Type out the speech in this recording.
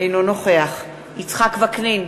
אינו נוכח יצחק וקנין,